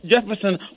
Jefferson